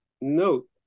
note